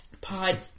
Pod